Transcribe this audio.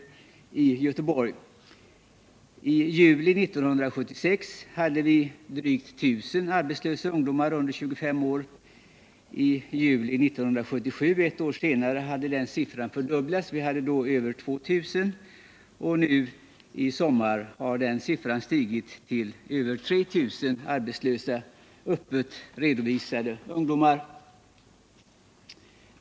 I juli 1976 hade vi drygt 1 000 arbetslösa ungdomar under 25 år. I juli 1977, ett år senare, hade detta antal fördubblats så att vi var uppe i över 2 000 arbetslösa ungdomar. I sommar har antalet stigit till över 3000 öppet redovisade arbetslösa ungdomar.